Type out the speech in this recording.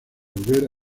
volver